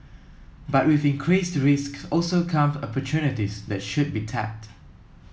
but with increased risks also come opportunities that should be tapped